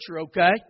okay